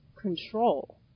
control